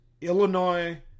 Illinois